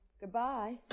Goodbye